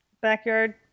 Backyard